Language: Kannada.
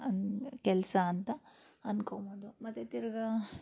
ಕೆಲಸ ಅಂತ ಅಂದ್ಕೋಬೋದು ಮತ್ತು ತಿರ್ಗಿ